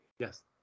Yes